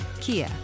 Kia